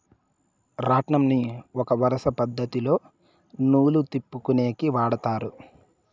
రాట్నంని ఒక వరుస పద్ధతిలో నూలు తిప్పుకొనేకి వాడతారు